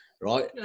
right